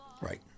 Right